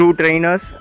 trainers